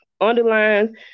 Underline